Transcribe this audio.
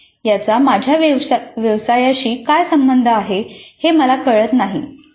याचा माझ्या व्यवसायाशी काय संबंध आहे हे मला कळत नाही'